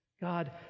God